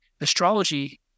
astrology